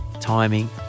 timing